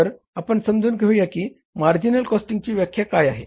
तर आपण समजून घेऊया की मार्जिनल कॉस्टिंगची व्याख्या काय आहे